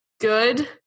good